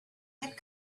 had